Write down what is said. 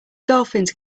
dolphins